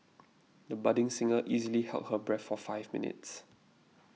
the budding singer easily held her breath for five minutes